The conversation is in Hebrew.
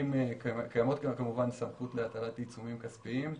קיימת סמכות להטלת עיצומים כספיים.